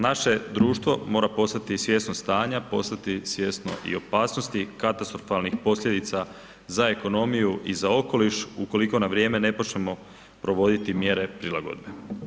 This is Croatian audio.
Naše društvo mora postati svjesno stanja, postati svjesno i opasnosti katastrofalnih posljedica za ekonomiju i za okoliš ukoliko na vrijeme ne počnemo provoditi mjere prilagodbe.